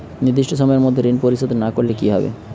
নির্দিষ্ট সময়ে মধ্যে ঋণ পরিশোধ না করলে কি হবে?